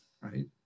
right